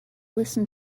listen